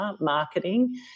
marketing